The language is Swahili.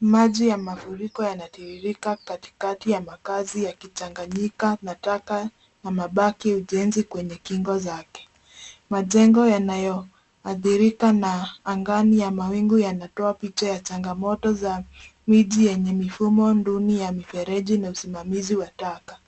Maji ya mafuriko yanatiririka katikati ya makazi yakichanganyika na taka na mabaki ya ujenzi kwenye kingo zake. Majengo yanayoathirika na angani ya mawingu yanatoa picha ya changamoto za miji yenye mifumo duni ya mifereji na usimamizi wa taka.